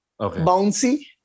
Bouncy